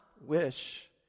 wish